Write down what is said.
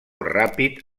ràpid